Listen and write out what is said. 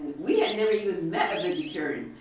we had never even met a vegetarian.